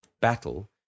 battle